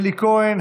אלי כהן,